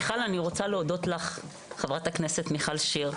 מיכל, אני רוצה להודות לך, חברת הכנסת מיכל שיר.